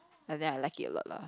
and then I like it a lot lah